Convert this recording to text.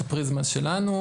את הפריזמה שלנו,